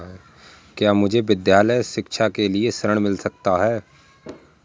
क्या मुझे विद्यालय शिक्षा के लिए ऋण मिल सकता है?